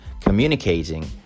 communicating